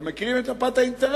אתם מכירים את מפת האינטרסים?